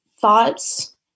thoughts